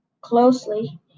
closely